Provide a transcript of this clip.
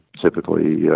typically